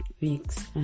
weeks